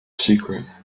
secret